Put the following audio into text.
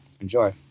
Enjoy